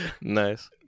Nice